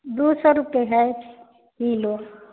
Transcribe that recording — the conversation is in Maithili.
दू सए रुपैए हइ किलो